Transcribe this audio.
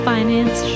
Finance